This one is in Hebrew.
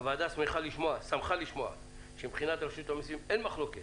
הוועדה שמחה לשמוע שמבחינת רשות המסים אין מחלוקת